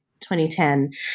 2010